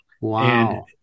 Wow